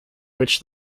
which